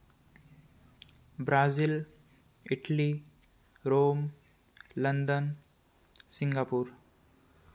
Brazil Italy Rome London Singapore